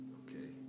okay